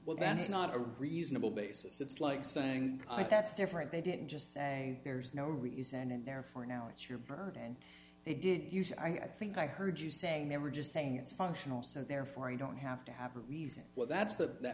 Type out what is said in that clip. that's not a reasonable basis it's like saying i think it's different they didn't just say there's no reason and therefore now it's your burden and they did you should i think i heard you saying they were just saying it's functional so therefore i don't have to have a reason well that's